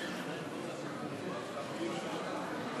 בבקשה,